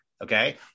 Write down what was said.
Okay